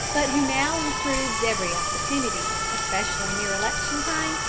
but who now improves every opportunity, especially near election-time,